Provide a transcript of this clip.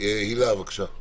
הילה, בבקשה.